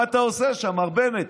מה אתה עושה שם, מר בנט?